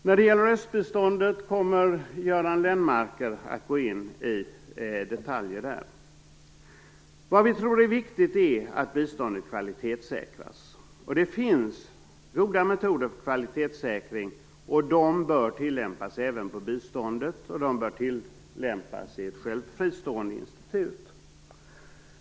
När det gäller östbiståndet kommer Göran Lennmarker senare att gå in i detaljer om det. Det är viktigt att biståndet kvalitetssäkras. Det finns goda metoder för kvalitetssäkring. De bör tilllämpas även på biståndet, och de bör tillämpas av ett fristående institut.